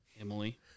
Emily